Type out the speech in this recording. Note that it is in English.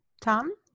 Tom